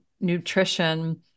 nutrition